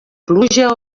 pluja